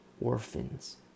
orphans